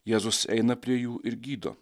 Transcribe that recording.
jėzus eina prie jų ir gydo